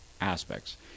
aspects